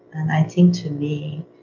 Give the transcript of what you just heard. and i think to me,